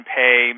pay